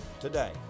today